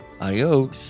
Adios